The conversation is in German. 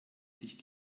sich